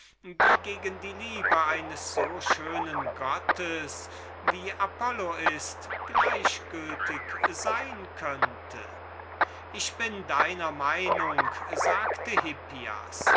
die gegen die liebe eines so schönen gottes wie apollo ist gleichgültig sein könnte ich bin deiner meinung sagte